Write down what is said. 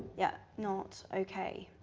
yeah not okay,